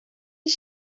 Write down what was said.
you